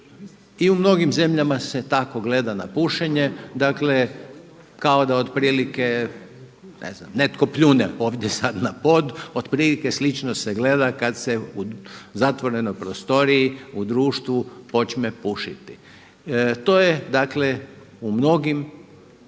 I u mnogim zemljama se tako gleda na pušenje, dakle kao da otprilike ne znam netko pljune ovdje sada na pod, otprilike slično se gleda kada se u zatvorenoj prostoriji u društvu počme pušiti. To je u mnogim